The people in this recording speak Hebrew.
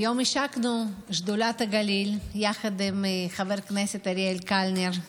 היום השקנו את שדולת הגליל יחד עם חבר הכנסת אריאל קלנר.